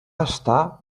estar